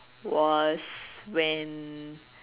was when